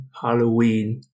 Halloween